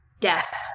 death